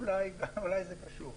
אולי, אולי זה קשור.